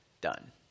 done